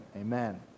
Amen